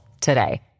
today